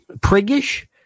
priggish